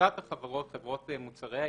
לבקשת חברות מוצרי העישון,